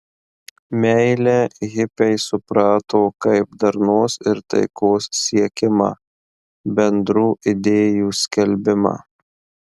meilę hipiai suprato kaip darnos ir taikos siekimą bendrų idėjų skelbimą